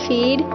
Feed